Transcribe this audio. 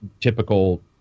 typical